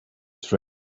friend